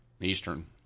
Eastern